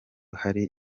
hari